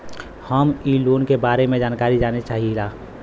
हम इ लोन के बारे मे जानकारी जाने चाहीला?